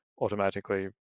automatically